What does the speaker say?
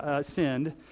sinned